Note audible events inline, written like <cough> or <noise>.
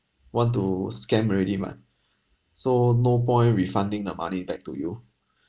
want to scam already mah so no point refunding the money back to you <breath>